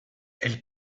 elle